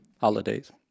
holidays